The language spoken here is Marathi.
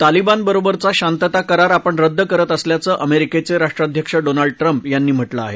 तालिबानबरोबरचा शांतता करार आपण रद्द केला असल्याचं अमेरिकेचे राष्ट्राध्यक्ष डोनाल्ड ट्रम्प यांनी म्हा कें आहे